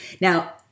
Now